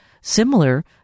similar